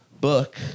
book